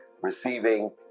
Receiving